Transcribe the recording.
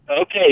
Okay